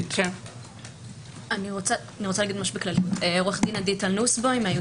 אני שמח על ההסכמה הזאת של הממשלה.